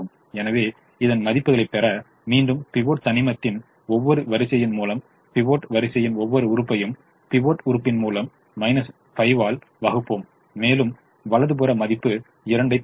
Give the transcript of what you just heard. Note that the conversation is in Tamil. எனவே இந்த மதிப்புகளைப் பெற மீண்டும் பிவோட் தனிமத்தின் ஒவ்வொரு வரிசையையின் மூலம் பிவோட் வரிசையின் ஒவ்வொரு உறுப்பையும் பிவோட் உறுப்பு மூலம் 5 ஆல் வகுக்கப்போம் மேலும் வலது புற மதிப்பு 2 ஐ பெறுவோம்